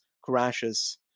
crashes